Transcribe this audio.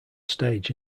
stage